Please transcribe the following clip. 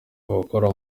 abakora